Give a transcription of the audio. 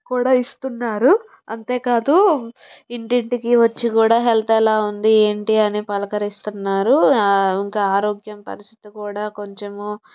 కూడా ఇస్తున్నారు అంతేకాదు ఇంటింటికీ వచ్చి కూడా హెల్త్ ఎలా ఉంది ఏంటి అని పలకరిస్తున్నారు ఇంకా ఆరోగ్యం పరిస్థితి కూడా కొంచెము